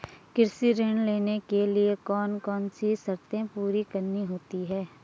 कृषि ऋण लेने के लिए कौन कौन सी शर्तें पूरी करनी होती हैं?